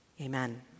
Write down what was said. Amen